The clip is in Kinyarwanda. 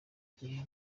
gihe